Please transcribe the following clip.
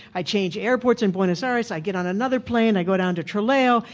i change airports in buenos aires, i get on another plane, i go down to trelew,